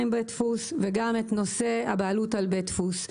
עם בית דפוס וגם את נושא הבעלות על בית דפוס.